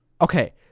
Okay